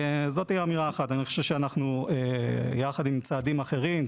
אני חושב שיחד עם צעדים אחרים,